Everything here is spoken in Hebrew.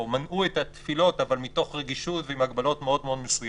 או מנעו את התפילות אבל מתוך רגישות ועם הגבלות מאוד מאוד מסוימות.